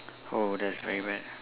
oh that's very bad